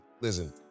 listen